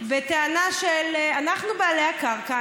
בטענה של: אנחנו בעלי הקרקע,